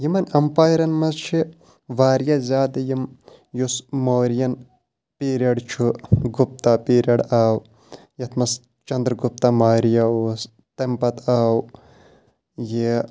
یِمَن اَمپایرَن منٛز چھِ واریاہ زیادٕ یِم یُس مورِیَن پیٖرِڈ چھُ گُپتا پیٖرِڈ آو یَتھ منٛز چندرٕ گُپتا ماریا اوس تَمہِ پَتہٕ آو یہِ